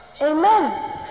Amen